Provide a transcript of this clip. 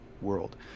world